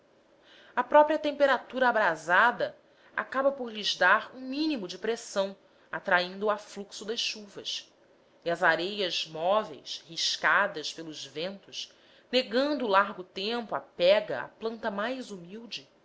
a própria temperatura abrasada acaba por lhe dar um mínimo de pressão atraindo o afluxo das chuvas e as areias móveis riscadas pelos ventos negando largo tempo a pega à planta mais humilde